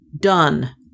Done